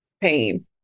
pain